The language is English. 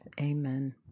Amen